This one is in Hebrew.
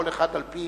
כל אחד על-פי